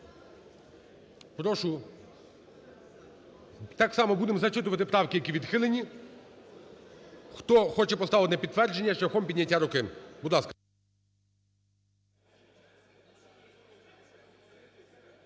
Прошу, так само будемо зачитувати правки, які відхилені. Хто хоче поставити на підтвердження – шляхом підняття руки. Будь ласка.